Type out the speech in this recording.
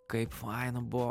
kaip faina buvo